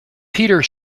peter